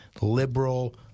liberal